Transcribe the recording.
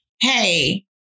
hey